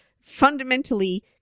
fundamentally